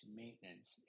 maintenance